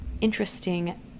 interesting